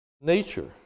nature